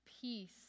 peace